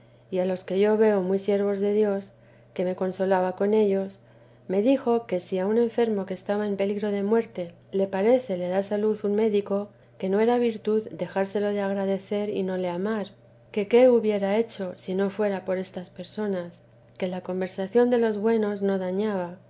y a los que yo veo muy siervos de dios que me consolaba con ellos me dijo que si a un enfermo que estaba en peligro de muerte le parece le da salud un médico que no era virtud dejárselo de agradecer y no le amar que qué hubiera hecho si no fuera porestas personas que la conversación de los buenos no dañaba